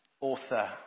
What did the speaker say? author